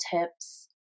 tips